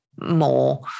more